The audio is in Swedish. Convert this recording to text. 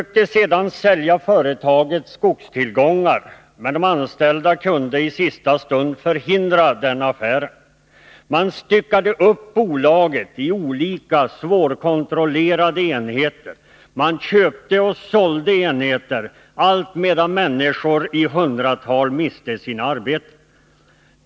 kunde i sista stund förhindra den affären. Man styckade upp bolaget i olika svårkontrollerade enheter, man köpte och sålde enheter, allt medan människor i hundratal miste sina arbeten.